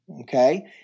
Okay